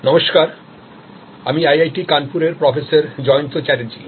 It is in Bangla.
নমস্কার আমি আইআইটি কানপুরেরপ্রফেসর জয়ন্ত চ্যাটার্জী